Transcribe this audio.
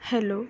hello